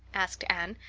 asked anne.